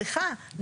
סליחה,